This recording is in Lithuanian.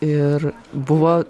ir buvo